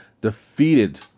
defeated